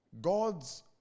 God's